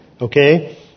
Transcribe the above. okay